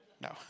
No